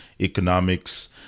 economics